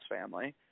family